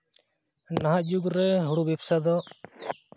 ᱱᱟᱦᱟᱜ ᱡᱩᱜᱽ ᱨᱮ ᱦᱩᱲᱩ ᱵᱮᱵᱽᱥᱟ ᱫᱚ